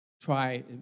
Try